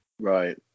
Right